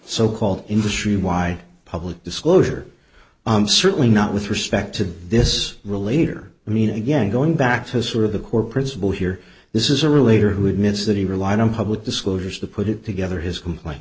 so called industry why public disclosure i'm certainly not with respect to this relator i mean again going back to sort of the core principle here this is a relator who admits that he relied on public disclosures to put it together his